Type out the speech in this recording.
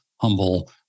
humble